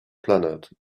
planet